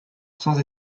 sans